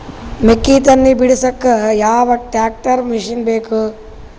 ಮೆಕ್ಕಿ ತನಿ ಬಿಡಸಕ್ ಯಾವ ಟ್ರ್ಯಾಕ್ಟರ್ ಮಶಿನ ಬೇಕು?